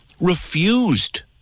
refused